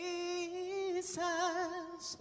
Jesus